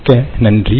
மிக்க நன்றி